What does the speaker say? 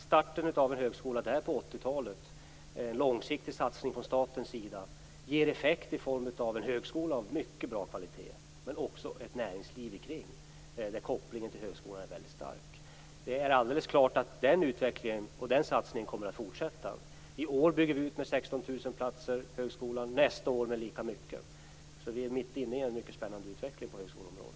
Starten av en högskola där på 1980-talet - en långsiktig satsning från statens sida - ger effekt i form av en högskola av mycket bra kvalitet men också ett näringsliv kring högskolan där kopplingen till högskolan är mycket stark. Det är alldeles klart att den utvecklingen och den satsningen kommer att fortsätta. I år bygger vi ut högskolan med 16 000 platser. Nästa år bygger vi ut den med lika många platser. Vi är alltså mitt inne i en mycket spännande utveckling på högskoleområdet.